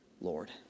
Lord